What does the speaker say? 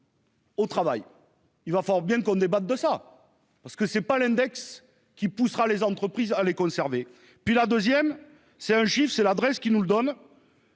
Au travail, il va falloir bien qu'on débatte de ça parce que c'est pas l'index qui poussera les entreprises à les conserver, puis la 2ème, c'est un chiffre, c'est l'adresse qui nous le donne.